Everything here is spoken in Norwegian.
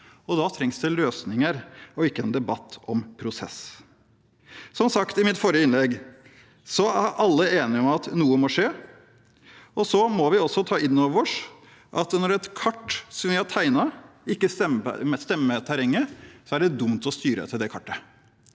og da trengs det løsninger og ikke en debatt om prosess. Som sagt i mitt forrige innlegg er alle enige om at noe må skje. Vi må også ta inn over oss at når et kart som vi har tegnet, ikke stemmer med terrenget, er det dumt å styre etter det kartet.